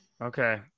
Okay